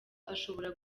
ashobora